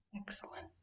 Excellent